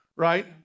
right